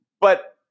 But-